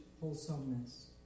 wholesomeness